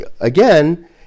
Again